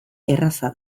erraza